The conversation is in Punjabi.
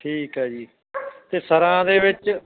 ਠੀਕ ਆ ਜੀ ਅਤੇ ਸਰਾਂ ਦੇ ਵਿੱਚ